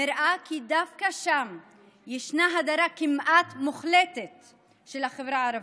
נראה כי דווקא שם יש הדרה כמעט מוחלטת של החברה הערבית.